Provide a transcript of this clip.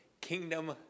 Kingdom